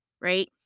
right